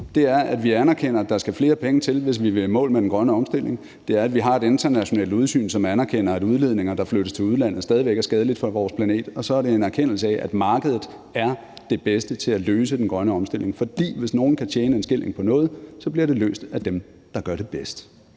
punkter: Vi anerkender, at der skal flere penge til, hvis vi vil i mål med den grønne omstilling; vi har et internationalt udsyn, som betyder, at vi anerkender, at udledninger, der flyttes til udlandet, stadig er skadelige for vores planet; og så har vi en erkendelse af, at markedet er det bedste til at løse den grønne omstilling, for hvis nogle kan tjene en skilling på noget, bliver det løst af dem, der gør det bedst.